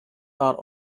are